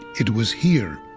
it was here